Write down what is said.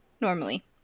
normally